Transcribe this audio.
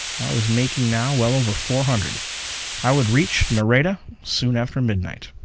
i was making now well over four hundred i would reach nareda soon after midnight.